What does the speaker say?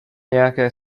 nějaké